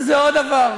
אז זה עוד דבר.